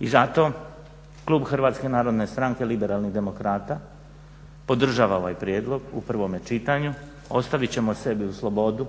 I zato klub HNS-a Liberalnih demokrata podržava ovaj prijedlog u prvome čitanju. Ostavit ćemo sebi u slobodu